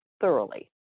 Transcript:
thoroughly